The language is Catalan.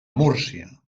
múrcia